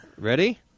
Ready